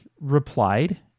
replied